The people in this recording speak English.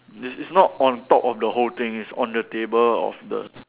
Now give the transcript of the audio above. it's it's not on top of the whole thing it's on the table of the